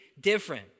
different